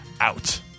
out